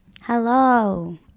Hello